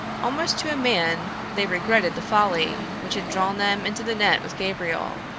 almost to a man they regretted the folly which had drawn them into the net with gabriel.